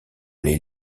les